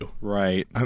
Right